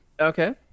Okay